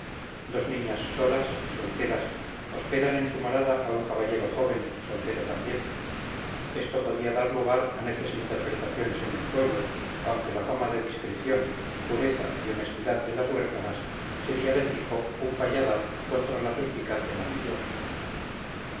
dos niñas solas solteras hospedan en su morada a un caballero joven soltero también esto podía dar lugar a necias interpretaciones en el pueblo aunque la fama de discreción pureza y honestidad de las huérfanas sería de fijo un valladar contra la suspicacia maliciosa